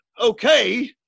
okay